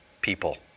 people